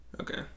Okay